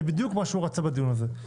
זה בדיוק מה שהוא רצה בדיון הזה.